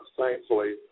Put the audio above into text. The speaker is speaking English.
thankfully